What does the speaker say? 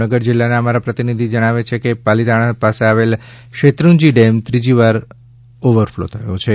ભાવનગર જિલ્લા ના અમારા પ્રતિનિધિ જણાવે છે કે પાલીતાણા પાસે આવેલ શેત્રુંજી ડેમ ત્રીજીવાર થયો ઓવરફ્લો થયો હતો